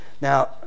Now